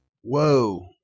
Whoa